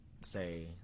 say